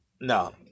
no